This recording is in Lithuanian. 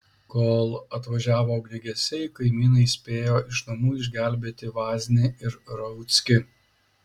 kol atvažiavo ugniagesiai kaimynai spėjo iš namo išgelbėti vaznį ir rauckį